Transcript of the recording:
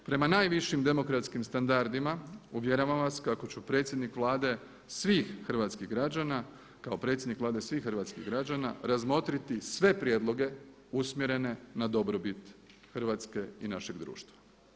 Prema najvišim demokratskim standardima uvjeravam vas kako ću predsjednik Vlade svih hrvatskih građana, kao predsjednik Vlade svih hrvatskih građana razmotriti sve prijedloge usmjerene na dobrobit Hrvatske i našeg društva.